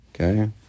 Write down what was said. okay